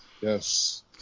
yes